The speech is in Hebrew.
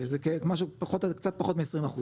זה משהו, קצת פחות מ-20%.